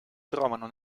trovano